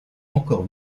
encore